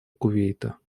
кувейта